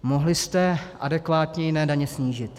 Mohli jste adekvátně jiné daně snížit.